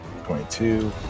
22